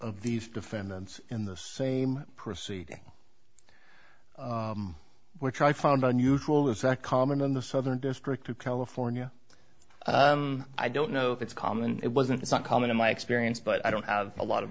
of these defendants in the same proceeding which i found unusual is that common in the southern district of california i don't know if it's common it wasn't it's not common in my experience but i don't have a lot of